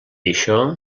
això